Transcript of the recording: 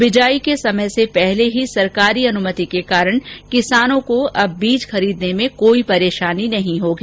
बिजाई के समय से पहले ही सरकारी अनुमति के कारण किसानों को बीज खरीदने में कोई परेशानी नहीं होगी